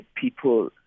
people